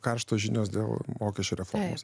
karštos žinios dėl mokesčių reformos